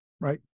right